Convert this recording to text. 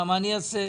מה אני אעשה?